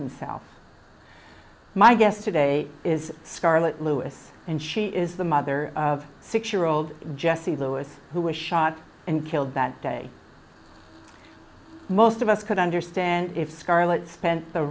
himself my guest today is scarlett lewis and she is the mother of six year old jessie lewis who was shot and killed that day most of us could understand if scarlett spent the